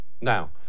Now